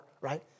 right